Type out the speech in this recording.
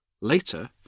Later